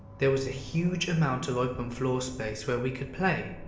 there was a huge amount of open floor space where we could play.